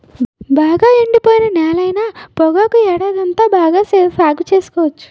బాగా ఎండిపోయిన నేలైన పొగాకు ఏడాదంతా బాగా సాగు సేసుకోవచ్చు